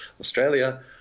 Australia